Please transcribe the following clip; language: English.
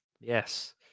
Yes